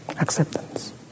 acceptance